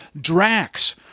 Drax